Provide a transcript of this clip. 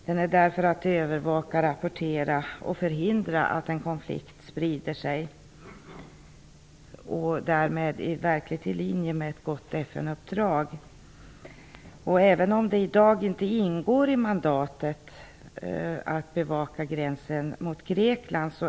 Den är där för att övervaka, rapportera och förhindra att en konflikt sprider sig. Det är verkligen i linje med ett gott FN-uppdrag. I dag ingår det inte i mandatet att bevaka gränsen mot Grekland.